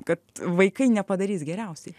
kad vaikai nepadarys geriausiai